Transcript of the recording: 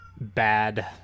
bad